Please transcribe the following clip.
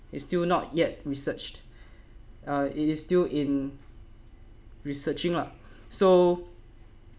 is still not yet researched it is still in researching lah so